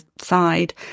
side